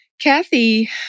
Kathy